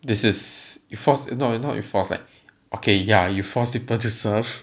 this is you force you not you not you forced like okay ya like you force people to serve